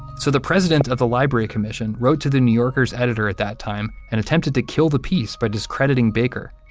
so the president of the library commission wrote to the new yorker's editor at that time and attempted to kill the piece by discrediting baker.